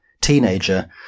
teenager